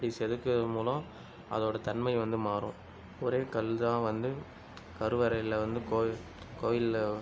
செதுக்குவதன் மூலம் அதோட தன்மை வந்து மாறும் ஒரே கல் தான் வந்து கருவறையில் வந்து கோயில் கோயிலில்